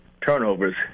turnovers